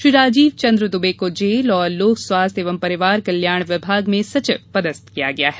श्री राजीव चंद्र दुबे को जेल और लोक स्वास्थ्य एवं परिवार कल्याण विभाग में सचिव पदस्थ किया गया है